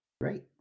Great